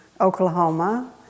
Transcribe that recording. Oklahoma